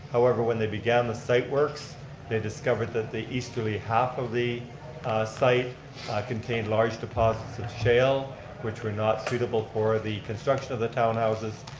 however, when they began the site works they discovered that the easterly half of the site contained large deposits of shale which were not suitable for the construction of the townhouses,